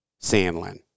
Sandlin